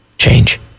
Change